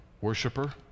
worshiper